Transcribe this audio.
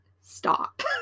stop